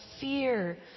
fear